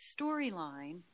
storyline